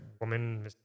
woman